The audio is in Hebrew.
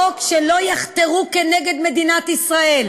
לא תממן חתירה נגד מדינת ישראל,